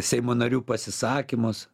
seimo narių pasisakymus